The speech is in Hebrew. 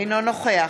אינו נוכח